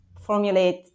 formulate